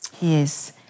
Yes